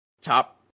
top